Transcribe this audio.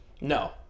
No